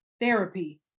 therapy